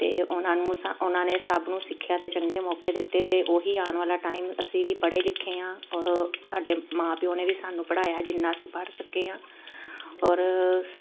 ਅਤੇ ਉਹਨਾਂ ਨੂੰ ਉਹਨਾਂ ਨੇ ਸਭ ਨੂੰ ਸਿੱਖਿਆ ਦੇ ਚੰਗੇ ਮੌਕੇ ਦਿੱਤੇ ਅਤੇ ਉਹੀ ਆਉਣ ਵਾਲਾ ਟਾਈਮ ਅਸੀਂ ਵੀ ਪੜ੍ਹੇ ਲਿਖੇ ਹਾਂ ਔਰ ਸਾਡੇ ਮਾਂ ਪਿਓ ਨੇ ਵੀ ਸਾਨੂੰ ਪੜ੍ਹਾਇਆ ਹੈ ਜਿੰਨਾਂ ਅਸੀਂ ਪੜ੍ਹ ਸਕੇ ਹਾਂ ਔਰ